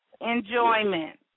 enjoyment